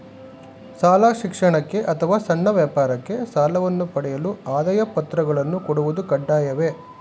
ಶಾಲಾ ಶಿಕ್ಷಣಕ್ಕೆ ಅಥವಾ ಸಣ್ಣ ವ್ಯಾಪಾರಕ್ಕೆ ಸಾಲವನ್ನು ಪಡೆಯಲು ಆದಾಯ ಪತ್ರಗಳನ್ನು ಕೊಡುವುದು ಕಡ್ಡಾಯವೇ?